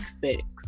fix